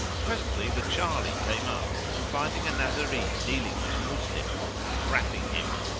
presently the charley came up and, finding a nazarene kneeling on a moslem and frapping him,